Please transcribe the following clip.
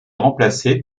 remplacé